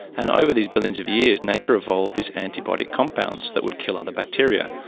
and over these billions of years nature evolved these antibiotic compounds that would kill other bacteria.